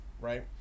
right